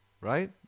Right